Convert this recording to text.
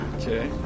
Okay